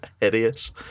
hideous